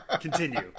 Continue